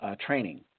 training